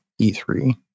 E3